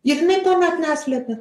ir jinai to net neslepia